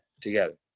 together